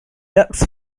ducks